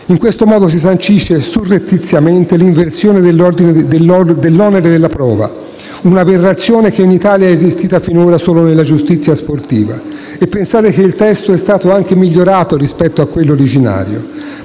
In questo modo si sancisce surrettiziamente l'inversione dell'onere della prova, un'aberrazione che in Italia è esistita finora solo nella giustizia sportiva. E pensare che il testo è stato anche migliorato rispetto a quello originario.